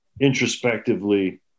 introspectively